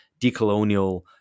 decolonial